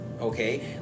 Okay